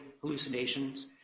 hallucinations